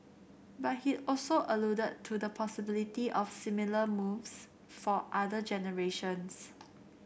but he also alluded to the possibility of similar moves for other generations